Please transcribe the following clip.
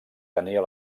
tenia